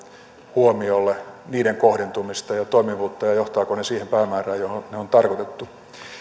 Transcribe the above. huomiolle niiden kohdentumista ja toimivuutta ja sitä johtavatko ne siihen päämäärään johon ne on tarkoitettu